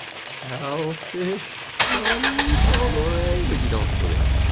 south-ish from tal'dorei. but you don't really know.